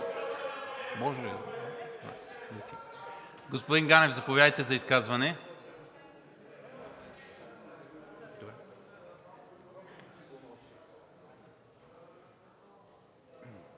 и реплики.) Господин Ганев, заповядайте за изказване.